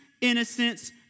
innocence